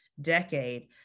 decade